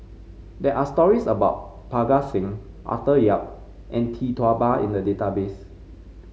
there are stories about Parga Singh Arthur Yap and Tee Tua Ba in the database